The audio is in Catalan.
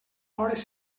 hores